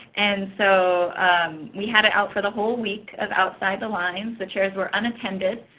and so we had it out for the whole week of outside the lines. the chairs were unattended.